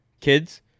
Kids